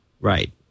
right